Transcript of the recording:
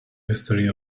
history